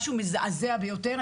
משהו מזעזע ביותר.